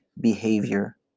behavior